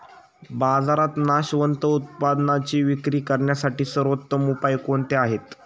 बाजारात नाशवंत उत्पादनांची विक्री करण्यासाठी सर्वोत्तम उपाय कोणते आहेत?